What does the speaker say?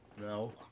No